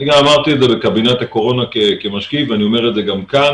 אני גם אמרתי את זה בקבינט הקורונה כמשקיף ואני אומר את זה גם כאן.